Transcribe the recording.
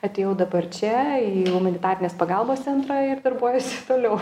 atėjau dabar čia į humanitarinės pagalbos centrą ir darbuojuosi toliau